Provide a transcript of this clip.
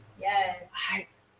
Yes